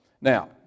Now